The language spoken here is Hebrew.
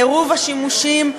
עירוב השימושים,